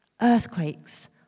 Earthquakes